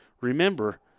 remember